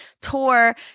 tour